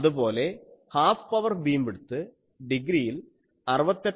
അതുപോലെ half power beam width ഡിഗ്രിയിൽ 68